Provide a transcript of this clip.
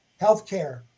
healthcare